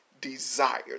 desire